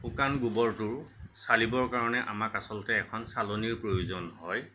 শুকান গোবৰটো চালিবৰ কাৰণে আমাক আচলতে এখন চালনীৰো প্ৰয়োজন হয়